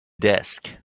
desk